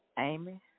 Amy